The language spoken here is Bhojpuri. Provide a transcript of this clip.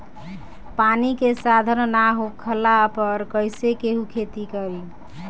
पानी के साधन ना होखला पर कईसे केहू खेती करी